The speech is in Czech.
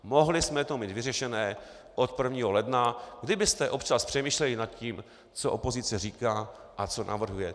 Mohli jsme to mít vyřešené od 1. ledna, kdybyste občas přemýšleli nad tím, co opozice říká a co navrhuje.